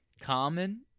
common